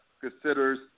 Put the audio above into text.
considers